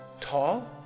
tall